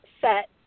set